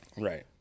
right